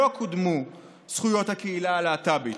לא קודמו זכויות הקהילה הלה"טבית.